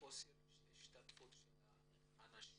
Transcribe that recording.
חוסר השתתפות של האנשים?